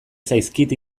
zaizkit